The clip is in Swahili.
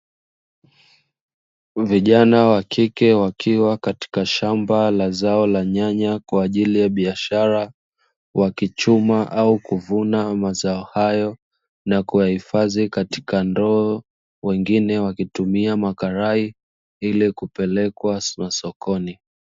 Vijana wa kike wakiwa katika shamba la zao la Nyanya kwaajili ya biashara, wakichuma au wakivuna mazao hayo na kuhifadhi katika ndoo, wengine wakitumia makarai ili kupeleka sokoni.